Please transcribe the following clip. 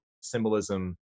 symbolism